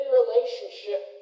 relationship